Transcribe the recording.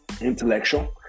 intellectual